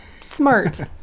smart